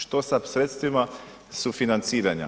Što sa sredstvima sufinanciranja?